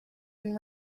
and